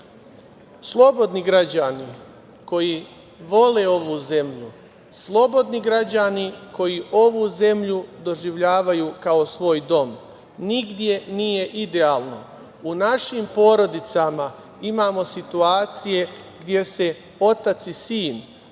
slobodni građani koji vole ovu zemlju, slobodni građani koji ovu zemlju doživljavaju kao svoj dom. Nigde nije idealno. U našim porodicama imamo situacije gde se otac i sin,